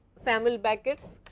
samuel beckets,